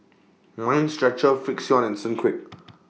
Mind Stretcher Frixion and Sunquick